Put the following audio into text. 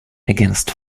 against